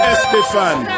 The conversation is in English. Estefan